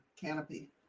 canopy